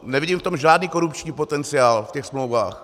Nevidím v tom žádný korupční potenciál, v těch smlouvách.